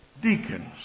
deacons